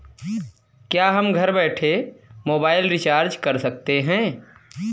क्या हम घर बैठे मोबाइल रिचार्ज कर सकते हैं?